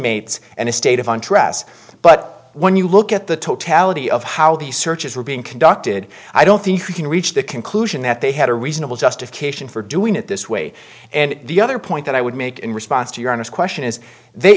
inmates and a state of undress but when you look at the totality of how these searches were being conducted i don't think you can reach the conclusion that they had a reasonable justification for doing it this way and the other point that i would make in response to your next question is they